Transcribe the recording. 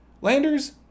Landers